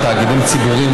תאגידים ציבוריים,